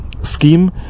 scheme